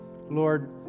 Lord